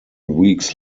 weeks